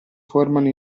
formano